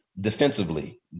defensively